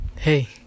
Hey